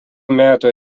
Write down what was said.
meto